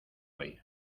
hoy